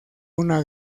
una